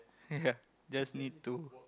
ya just need to